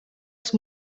als